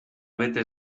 bete